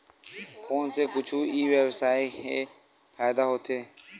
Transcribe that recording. Phone से कुछु ई व्यवसाय हे फ़ायदा होथे?